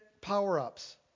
power-ups